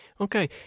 Okay